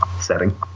setting